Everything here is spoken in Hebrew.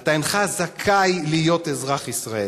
אתה אינך זכאי להיות אזרח ישראל.